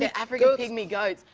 yeah african pygmy goats,